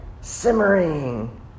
Simmering